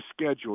schedule